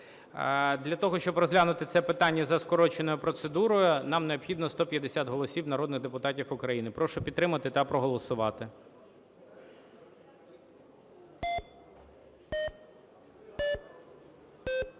Для того, щоб розглянути це питання за скороченою процедурою нам необхідно 150 голосів народних депутатів України. Прошу підтримати та проголосувати.